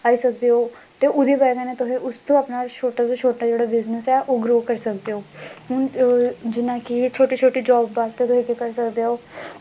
आई सकदे ओ ते ओह्दी बजह् कन्नै तुस उस तू अपना छोटे तो छोटा जेह्ड़ा बिज़नस ऐ ओह् ग्रो करी सकदे ओ जियां कि एह् छोटे छोटे जाब बास्तै तुस केह् करी सकदे ओ